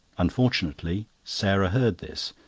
unfortunately, sarah heard this,